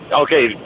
Okay